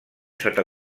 sota